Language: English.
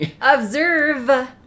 Observe